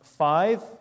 Five